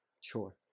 sure